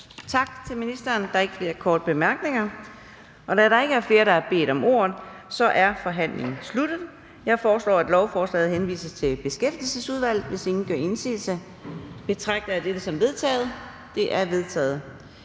Tak til ministeren. Der er ikke nogen korte bemærkninger. Så da der ikke er flere, som har bedt om ordet, er forhandlingen sluttet. Jeg foreslår, at lovforslaget henvises til Beskæftigelsesudvalget. Hvis ingen gør indsigelse, betragter jeg dette som vedtaget. Det er vedtaget.